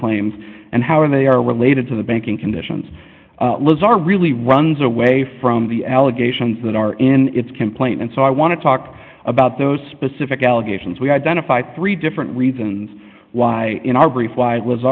claims and how are they are related to the banking conditions laws are really runs away from the allegations that are in complaint and so i want to talk about those specific allegations we identified three different reasons why in our brief w